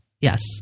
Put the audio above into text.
Yes